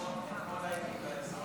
אתמול הייתי באזור.